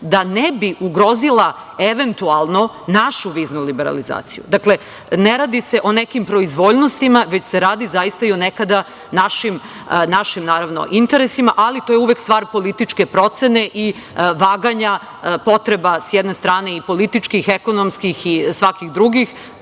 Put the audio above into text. da ne bi ugrozila eventualno našu viznu liberalizaciju. Dakle, ne radi se o nekim proizvoljnostima, već se radi zaista i o nekada našim interesima, ali to je uvek stvar političke procene i vaganja potreba, s jedne strane i političkih, ekonomskih i svakih drugih,